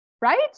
right